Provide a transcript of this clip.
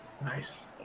Nice